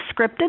scripted